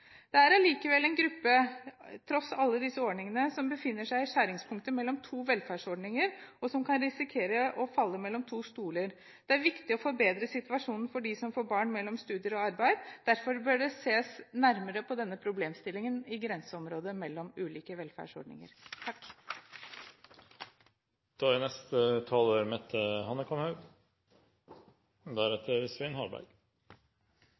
Det er allikevel en gruppe, tross alle disse ordningene, som befinner seg i skjæringspunktet mellom to velferdsordninger, og som kan risikere å falle mellom to stoler. Det er viktig å forbedre situasjonen for dem som får barn mellom studier og arbeid. Derfor bør det ses nærmere på denne problemstillingen i grenseområdet mellom ulike velferdsordninger. Vi i Fremskrittspartiet er